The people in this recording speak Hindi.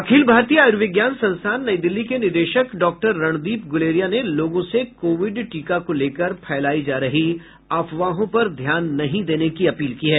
अखिल भारतीय आयुर्विज्ञान संस्थान नई दिल्ली के निदेशक डॉक्टर रणदीप गुलेरिया ने लोगों से कोविड टीका को लेकर फैलायी जा रही अफवाहों पर ध्यान नहीं देने की अपील की है